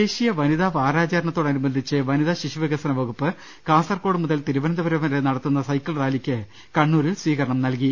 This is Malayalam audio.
ദേശീയ വനിതാ വാരാചരണത്തോടനുബന്ധിച്ച് വനിതാ ശിശുവികസന വകുപ്പ് കാസർക്കോട് മുതൽ തിരുവനന്തപുരം വരെ നടത്തുന്ന സൈക്കിൾ റാലിക്ക് കണ്ണൂരിൽ സ്വീകരണം നൽകി